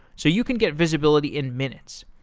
so you can get visibility in minutes.